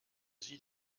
sie